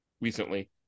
recently